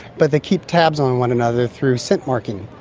but they keep tabs on one another through scent marking.